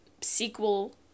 sequel